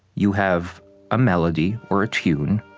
you have a melody or a tune.